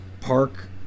Park